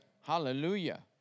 Hallelujah